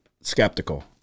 skeptical